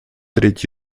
треть